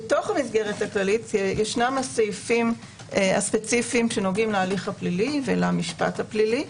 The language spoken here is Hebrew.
בתוך המסגרת הכללית יש הסעיפים שנוגעים להליך הפלילי ולמשפט הפלילי.